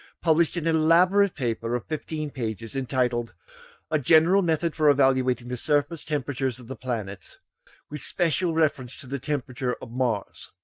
published an elaborate paper of fifteen pages, entitled a general method for evaluating the surface-temperatures of the planets with special reference to the temperature of mars,